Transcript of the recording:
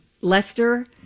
Lester